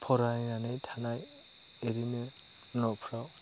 फरायनानै थानाय ओरैनो न'फ्राव